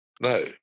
no